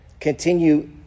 continue